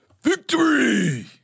Victory